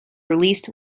released